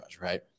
right